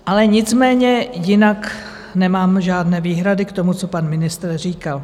Ale nicméně jinak nemám žádné výhrady k tomu, co pan ministr říkal.